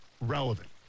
relevant